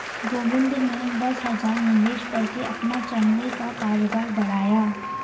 गोविंद ने दस हजार निवेश करके अपना चमड़े का कारोबार बढ़ाया